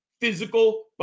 physical